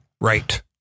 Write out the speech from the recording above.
Right